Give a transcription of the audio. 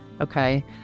okay